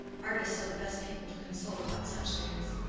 artists are the best people to consult about such things.